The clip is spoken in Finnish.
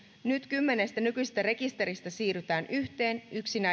kymmenestä nykyisestä rekisteristä siirrytään yhteen